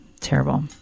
Terrible